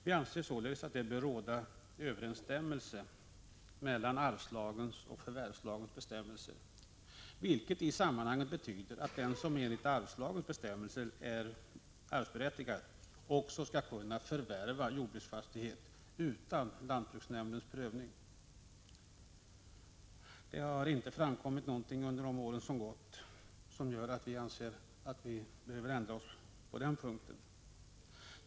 Vi anser således att överensstämmelse bör råda mellan arvslagens och förvärvslagens bestämmelser, vilket i sammanhanget betyder att den som enligt arvslagens bestämmelser är arvsberättigad också skall kunna förvärva jordbruksfastighet utan lantbruksnämndens prövning. Det har inte under de år som gått framkommit något som gör att vi behöver ändra oss på den punkten.